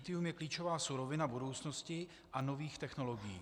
Lithium je klíčová surovina budoucnosti a nových technologií.